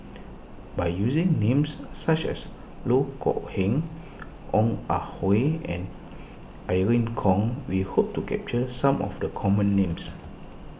by using names such as Loh Kok Heng Ong Ah Hoi and Irene Khong we hope to capture some of the common names